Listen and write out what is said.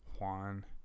Juan